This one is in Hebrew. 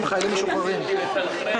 משוחררים.